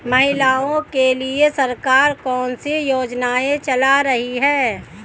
महिलाओं के लिए सरकार कौन सी योजनाएं चला रही है?